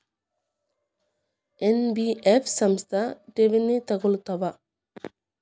NBF ಸಂಸ್ಥಾ ಠೇವಣಿ ತಗೋಳ್ತಾವಾ?